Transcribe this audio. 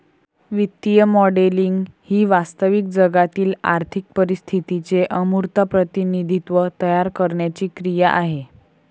वित्तीय मॉडेलिंग ही वास्तविक जगातील आर्थिक परिस्थितीचे अमूर्त प्रतिनिधित्व तयार करण्याची क्रिया आहे